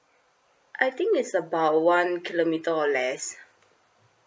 I think it's about one kilometre or less